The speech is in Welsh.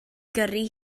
gyrru